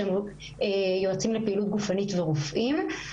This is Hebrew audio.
יועצים לפעילות גופנית ורופאים.